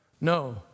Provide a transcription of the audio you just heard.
No